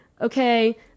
okay